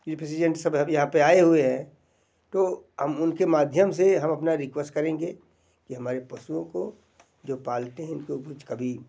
रिफिजीएंट्स सब अभी यहाँ पर आए हुए हैं तो हम उनके माध्यम से हम अपना रिक्वेस करेंगे कि हमारे पशुओं को जो पालते हैं जो भी कभी